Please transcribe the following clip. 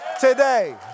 today